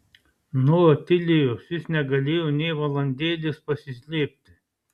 nuo otilijos jis negalėjo nė valandėlės pasislėpti